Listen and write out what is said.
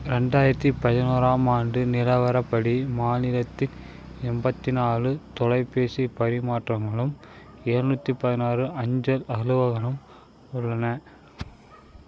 ரெண்டாயிரத்து பதினோராம் ஆண்டு நிலவரப்படி மாநிலத்தில் எண்பத்தினாலு தொலைபேசி பரிமாற்றங்களும் எழுநூற்றி பதினாறு அஞ்சல் அலுவலகங்களும் உள்ளன